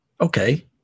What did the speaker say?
okay